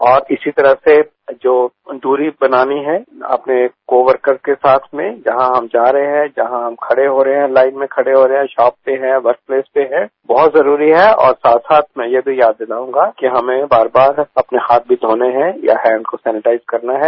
और इसी तरह से जो दूरी बनानी है अपने को वर्कर के साथ में जहां हम जा रहे हैं जहां हम खड़े हो रहे हैं लाइन में खड़े हो रहे हैं शोप पर हैं वर्कप्लेस पर हैं बहत जरूरी है और साथ साथ में ये भी याद दिलाऊंगा कि हमें बार बार अपने हाथ भी धोने हैं या हैंड को सैनेटाइज करना है